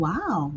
Wow